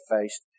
faced